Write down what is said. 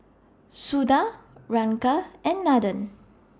Suda Ranga and Nathan